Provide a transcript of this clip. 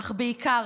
אך בעיקר